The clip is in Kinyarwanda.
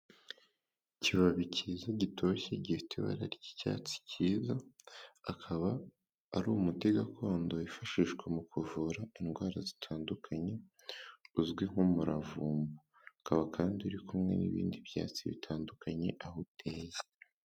Ikibabi cyiza gitoshye gifite ibara ry'icyatsi cyiza. Akaba ari umuti gakondo wifashishwa mu kuvura indwara zitandukanye uzwi nk'umuravumba. Ukaba kandi uri kumwe n'ibindi byatsi bitandukanye aho uteye.